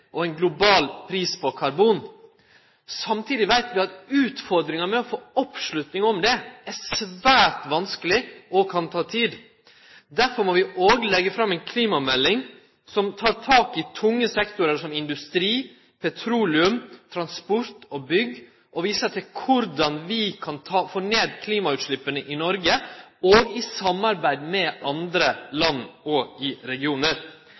og ein global pris på karbon. Samtidig veit vi at utfordringa med å få oppslutning om det er svært vanskeleg og kan ta tid. Derfor må vi òg leggje fram ei klimamelding som tek tak i tunge sektorar som industri, petroleum, transport og bygg, og vise til korleis vi kan få ned klimautsleppa i Noreg – også i samarbeid med andre land og